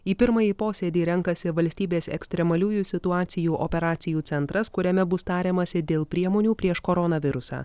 į pirmąjį posėdį renkasi valstybės ekstremaliųjų situacijų operacijų centras kuriame bus tariamasi dėl priemonių prieš koronavirusą